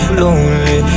lonely